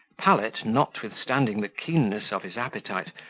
pallet, notwithstanding the keenness of his appetite,